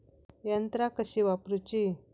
यंत्रा कशी वापरूची?